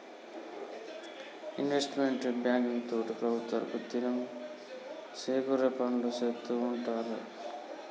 investment banking తోటి ప్రభుత్వాలకు దినం సేకూరే పనులు సేత్తూ ఉంటారు